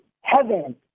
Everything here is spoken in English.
heaven